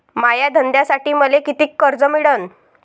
माया धंद्यासाठी मले कितीक कर्ज मिळनं?